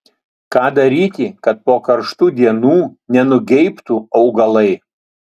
ką daryti kad po karštų dienų nenugeibtų augalai